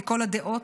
מכל הדעות,